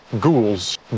ghouls